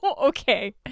Okay